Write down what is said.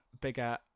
bigger